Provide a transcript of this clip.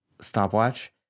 stopwatch